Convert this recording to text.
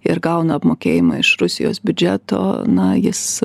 ir gauna apmokėjimą iš rusijos biudžeto na jis